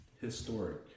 historic